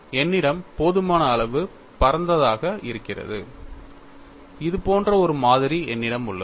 என்னிடம் போதுமான அளவு பரந்ததாக இருக்கிறது இது போன்ற ஒரு மாதிரி என்னிடம் உள்ளது